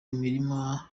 imirima